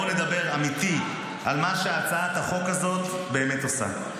בואו נדבר אמיתי על מה שהצעת החוק הזאת באמת עושה.